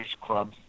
Club